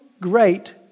great